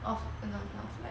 eh northlight